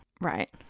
right